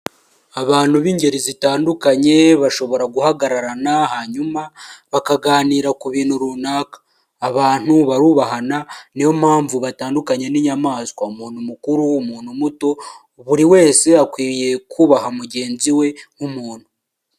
Abantu b'ingeri zitandukanye bashobora guhagararana, hanyuma bakaganira ku bintu runaka. Abantu barubahana, ni yo mpamvu batandukanye n'inyamaswa. Umuntu mukuru, umuntu muto, buri wese akwiriye kubaha mugenzi we nk'umuntu.